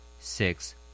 Six